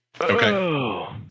Okay